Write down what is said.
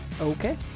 Okay